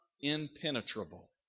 impenetrable